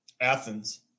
Athens